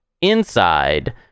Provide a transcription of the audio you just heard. Inside